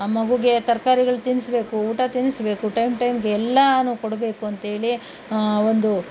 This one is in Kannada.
ಆ ಮಗುಗೆ ತರ್ಕಾರಿಗಳು ತಿನ್ನಿಸ್ಬೇಕು ಊಟ ತಿನ್ನಿಸ್ಬೇಕು ಟೈಮ್ ಟೈಮ್ಗೆ ಎಲ್ಲನೂ ಕೊಡಬೇಕು ಅಂಥೇಳಿ ಒಂದು